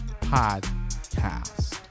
podcast